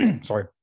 sorry